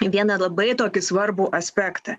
į vieną labai tokį svarbų aspektą